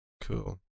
Cool